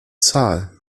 zahlen